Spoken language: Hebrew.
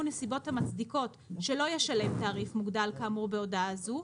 נסיבות המצדיקות שלא ישלם תעריף מוגדל כאמור בהודעה זו,